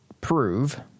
prove